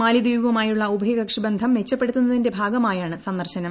മാലിദ്വീപുമായുള്ള ഉഭയകക്ഷി ബന്ധം മെച്ചപ്പെടുത്തുന്നതിന്റെ ഭാഗമായാണ് സന്ദർശനം